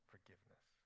forgiveness